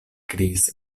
kriis